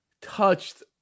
touched